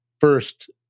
First